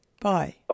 Bye